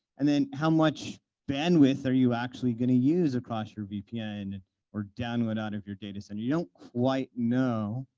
and then how much bandwidth are you actually going to use across your vpn or downwind out of your data center. you don't quite know.